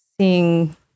seeing